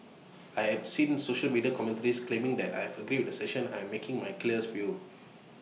I have seen social media commentaries claiming that I had agreed with the assertion I'm making my views clear